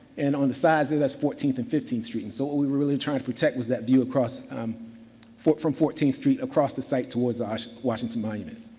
and on the sides there, that's fourteenth and fifteenth street. and so, what we were really trying to protect was that view across from fourteenth street across the site towards the ah so washington monument.